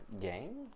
game